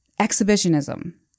exhibitionism